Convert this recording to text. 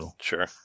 Sure